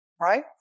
right